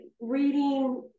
reading